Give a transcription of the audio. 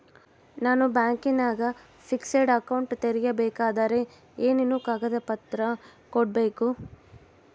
ನಾನು ಬ್ಯಾಂಕಿನಾಗ fixed account ತೆರಿಬೇಕಾದರೆ ಏನೇನು ಕಾಗದ ಪತ್ರ ಕೊಡ್ಬೇಕು?